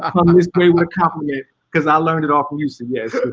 um um this way with a compliment, cause i learned it all from you, so yes.